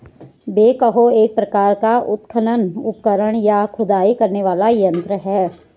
backhoe एक प्रकार का उत्खनन उपकरण, या खुदाई करने वाला यंत्र है